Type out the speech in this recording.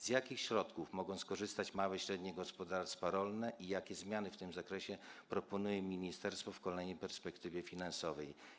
Z jakich środków mogą skorzystać małe i średnie gospodarstwa rolne i jakie zmiany w tym zakresie proponuje ministerstwo w kolejnej perspektywie finansowej?